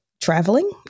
traveling